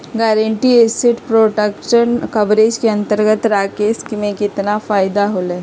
Guaranteed asset protection coverage के अंतर्गत राकेश के कितना फायदा होलय?